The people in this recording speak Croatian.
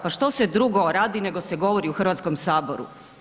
Pa što se drugo radi, nego se govori u Hrvatskom saboru?